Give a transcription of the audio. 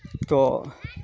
ᱛᱚ